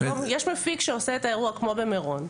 יש מפיק שעושה את האירוע כמו במירון,